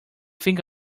think